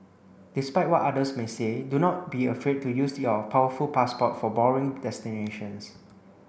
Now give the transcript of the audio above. despite what others may say do not be afraid to use your powerful passport for boring destinations